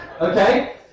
Okay